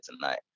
tonight